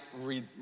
read